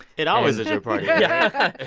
it always is your party, yeah